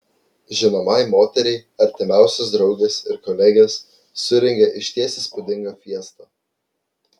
žinomai moteriai artimiausios draugės ir kolegės surengė išties įspūdingą fiestą